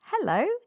Hello